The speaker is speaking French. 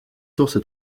source